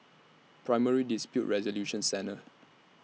Primary Dispute Resolution Centre